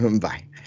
Bye